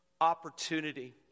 opportunity